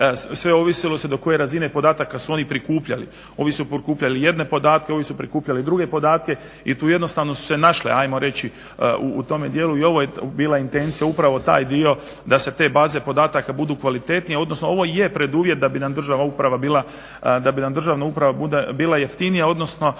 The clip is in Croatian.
Sve ovisilo se do koje razine podataka su oni prikupljali. Ovi su prikupljali jedne podatke, ovi su prikupljali druge podatke i tu jednostavno su se našle ajmo reći u tome dijelu i ovo je bila intencija upravo taj dio da se te baze podataka budu kvalitetnije. Odnosno ovo je preduvjet da bi nam Državna uprava bila jeftinija odnosno